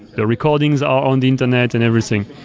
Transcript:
the recordings are on the internet and everything.